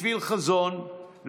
בשביל חזון,